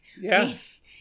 Yes